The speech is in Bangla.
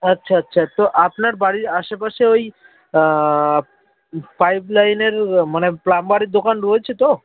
আচ্ছা আচ্ছা তো আপনার বাড়ির আশেপাশে ওই পাইপ লাইনের মানে প্লামবারের দোকান রয়েছে তো